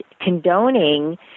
condoning